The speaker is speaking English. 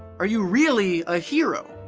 are you really a hero?